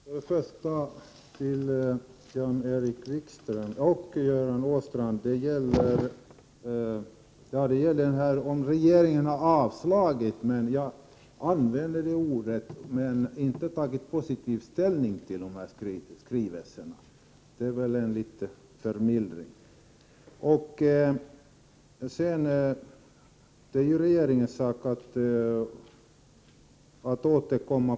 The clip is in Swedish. Herr talman! Först vänder jag mig till Jan-Erik Wikström och Göran Åstrand — det gäller om regeringen har avslagit skrivelserna. Jag använde det ordet, men man har ännu inte tagit positiv ställning till dem. Det är möjligen något mildare. Sedan är det ju regeringens sak att återkomma.